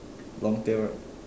long tail right